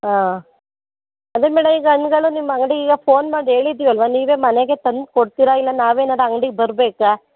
ಹಾಂ ಅದೇ ಮೇಡ ಈಗ ಹಣ್ಗಳು ನಿಮ್ಮ ಅಂಗಡಿ ಈಗ ಫೋನ್ ಮಾಡಿ ಹೇಳಿದ್ದೀವಲ್ವಾ ನೀವೇ ಮನೆಗೇ ತಂದು ಕೊಡ್ತೀರಾ ಇಲ್ಲ ನಾವೇನಾರೂ ಅಂಗ್ಡಿಗೆ ಬರಬೇಕಾ